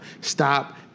stop